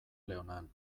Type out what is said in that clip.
leonan